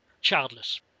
childless